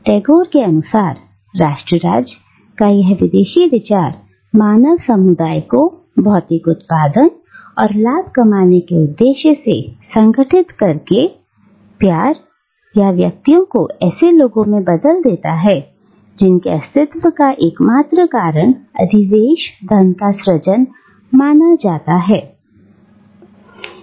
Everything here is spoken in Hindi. अब टैगोर के अनुसार राष्ट्र राज्य का यह विदेशी विचार मानव समुदाय को भौतिक उत्पादन और लाभ कमाने के उद्देश्य से संगठित करके प्यार थाव्यक्तियों को ऐसे लोगों में बदल देता है जिन के अस्तित्व का एकमात्र कारण अधिशेष धन का सृजन माना जाता है